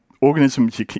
organisms